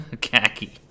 khaki